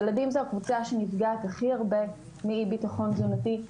ילדים זו הקבוצה שנפגעת הכי הרבה מאי-ביטחון תזונתי.